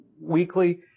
weekly